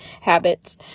habits